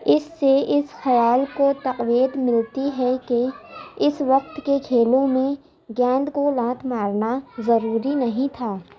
اس سے اس خیال کو تقویت ملتی ہے کہ اس وقت کے کھیلوں میں گیند کو لات مارنا ضروری نہیں تھا